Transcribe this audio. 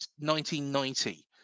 1990